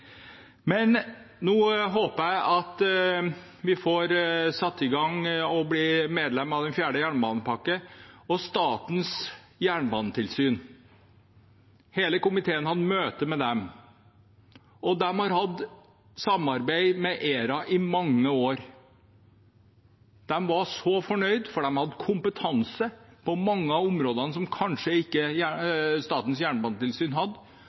Nå håper jeg at vi får satt i gang, og blir medlem av den fjerde jernbanepakken. Og om Statens jernbanetilsyn: Hele komiteen hadde møte med dem, og de har hatt samarbeid med ERA i mange år. De var så fornøyd, for de hadde kompetanse på mange av områdene som kanskje ikke Statens jernbanetilsyn hadde.